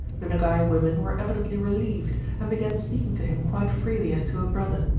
the nogay women were evidently relieved, and began speaking to him quite freely as to a brother.